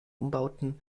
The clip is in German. umbauten